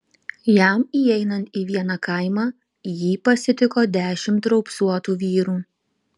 jam įeinant į vieną kaimą jį pasitiko dešimt raupsuotų vyrų